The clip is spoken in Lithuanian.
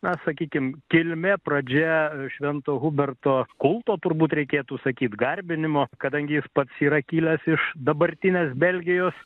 na sakykim kilmia pradžia švento huberto kulto turbūt reikėtų sakyt garbinimo kadangi jis pats yra kilęs iš dabartinės belgijos